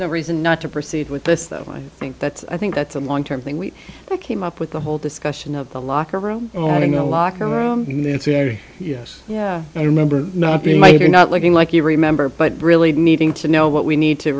no reason not to proceed with this though i think that's i think that's a long term thing we came up with the whole discussion of the locker room and having a locker room in the ancillary yes yeah i remember not being right or not looking like you remember but really needing to know what we need to